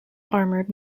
armored